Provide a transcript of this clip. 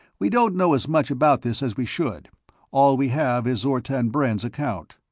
we don't know as much about this as we should all we have is zortan brend's account.